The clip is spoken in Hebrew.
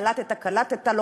וקלטת קלטת,